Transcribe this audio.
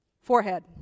forehead